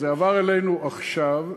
זה עבר אלינו עכשיו,